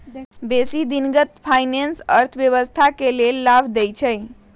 बेशी दिनगत फाइनेंस अर्थव्यवस्था के लेल लाभ देइ छै